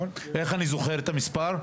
איך אני זוכר את המספר?